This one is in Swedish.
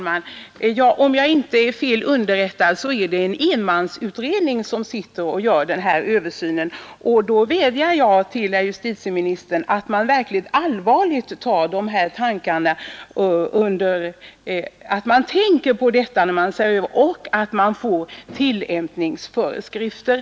Herr talman! Om jag inte är fel underrättad är det en enmansutredning som gör den här översynen, och jag vädjar till herr justitieministern att man i denna utredning verkligen allvarligt tänker på dessa frågor och utformar tillämpningsföreskrifter.